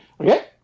Okay